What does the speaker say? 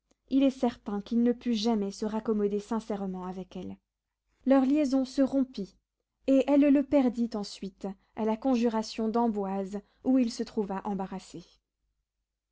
il est certain qu'il ne put jamais se raccommoder sincèrement avec elle leur liaison se rompit et elle le perdit ensuite à la conjuration d'amboise où il se trouva embarrassé